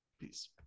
Peace